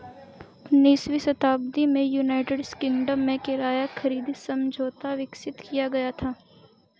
उन्नीसवीं शताब्दी में यूनाइटेड किंगडम में किराया खरीद समझौता विकसित किया गया था